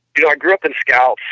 you know, i grew up in scouts,